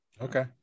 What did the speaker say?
okay